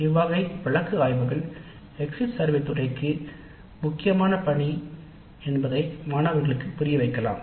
இவ்வகை எடுத்துக்காட்டுகள் எக்ஸிட் சர்வேயின் முக்கியத்துவத்தை மாணவர்களுக்கு புரிய வைக்கலாம்